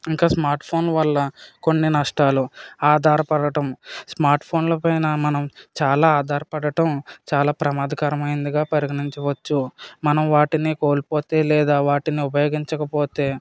ఇంకా smart phone వల్ల కొన్ని నష్టాలు ఆధారపడటం స్మార్ట్ ఫోన్ల పైన మనం చాలా ఆధారపడటం చాలా ప్రమాదకరమైనదిగా పరిగణించవచ్చు మనం వాటిని కోల్పోతే లేదా వాటిని ఉపయోగించకపోతే